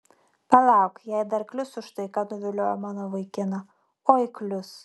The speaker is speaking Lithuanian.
palauk jai dar klius už tai kad nuviliojo mano vaikiną oi klius